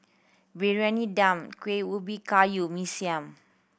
Briyani Dum Kueh Ubi Kayu Mee Siam